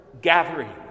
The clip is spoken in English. gathering